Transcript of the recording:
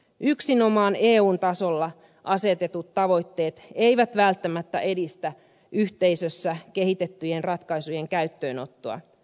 yksinomaan eun tasolla asetetut tavoitteet eivät välttämättä edistä yhteisössä kehitettyjen ratkaisujen käyttöönottoa